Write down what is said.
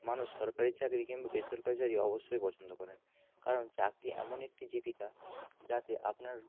মানুষ সরকারি চাকরি কিন্তু বেসরকারি চাকরি অবশ্যই পছন্দ করেন কারণ চাকরি এমন একটি জীবিকা যাতে আপনার